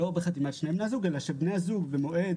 לא בחתימת שני בני הזוג אלא שבני הזוג במועד